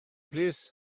plîs